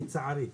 לצערי.